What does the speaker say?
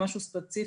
משהו ספציפי,